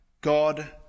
God